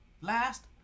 Last